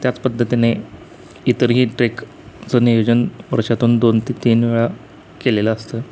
त्याच पद्धतीने इतरही ट्रेकचं नियोजन वर्षातून दोन ते तीन वेळा केलेलं असतं